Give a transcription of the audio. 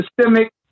systemic